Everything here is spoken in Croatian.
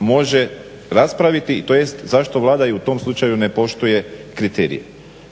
može raspraviti tj. zašto Vlada i u tom slučaju ne poštuje kriterije.